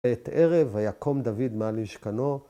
‫את ערב היה קום דוד מעלי שכנות.